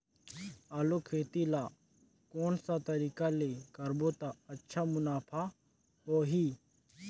आलू खेती ला कोन सा तरीका ले करबो त अच्छा मुनाफा होही?